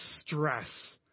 stress